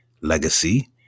Legacy